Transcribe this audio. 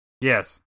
Yes